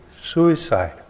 suicide